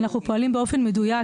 אנחנו פועלים באופן מדויק,